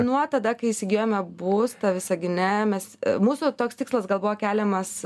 nuo tada kai įsigijome būstą visagine mes mūsų toks tikslas gal buvo keliamas